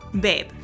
Babe